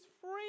free